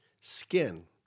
skin